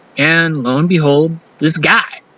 and low and behold, this guy,